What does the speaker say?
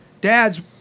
Dads